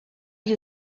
you